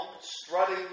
strutting